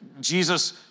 Jesus